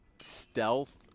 stealth